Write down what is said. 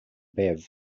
bev